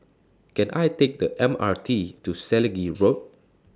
Can I Take The M R T to Selegie Road